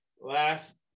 Last